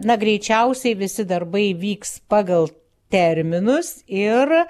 na greičiausiai visi darbai vyks pagal terminus ir